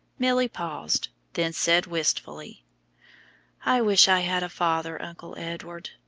milly paused, then said wistfully i wish i had a father, uncle edward.